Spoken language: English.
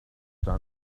sun